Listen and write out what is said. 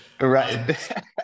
right